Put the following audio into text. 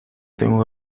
tengo